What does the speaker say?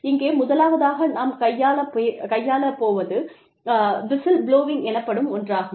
இங்கே முதலாவதாக நாம் கையாளப் போவது விசில்புளோயிங் எனப்படும் ஒன்றாகும்